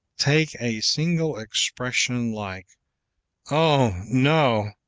take a single expression like oh, no!